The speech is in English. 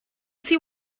see